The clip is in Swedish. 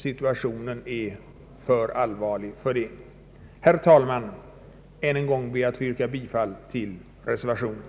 Situationen är för allvarlig till det. Herr talman! Än en gång ber jag att få yrka bifall till reservationen.